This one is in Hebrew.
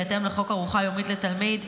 בהתאם לחוק ארוחה יומית לתלמיד,